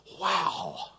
wow